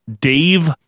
Dave